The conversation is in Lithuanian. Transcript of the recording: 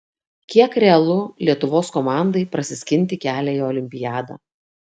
kiek realu lietuvos komandai prasiskinti kelią į olimpiadą